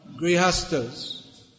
grihastas